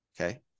okay